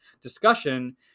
discussion